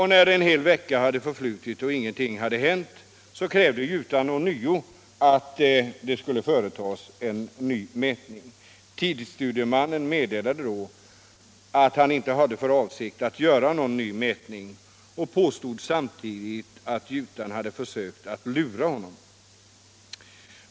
Niär en hel vecka förflutit och ingenting hade hänt krävde gjutaren ånyo att en ny mätning skulle företas. Tidsstudiemannen meddelade då att han inte hade för avsikt att göra någon ny mätning och påstod samtidigt att gjutaren hade försökt lura honom.